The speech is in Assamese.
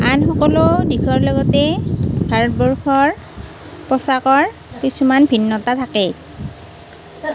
আন সকলো দিশৰ লগতে ভাৰতবৰ্ষৰ পোছাকৰ কিছুমান ভিন্নতা থাকে